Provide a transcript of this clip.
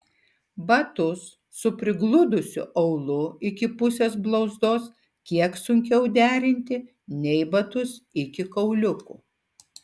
batus su prigludusiu aulu iki pusės blauzdos kiek sunkiau derinti nei batus iki kauliukų